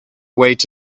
wait